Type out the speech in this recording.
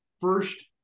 first